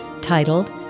Titled